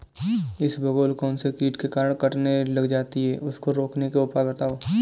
इसबगोल कौनसे कीट के कारण कटने लग जाती है उसको रोकने के उपाय बताओ?